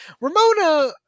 Ramona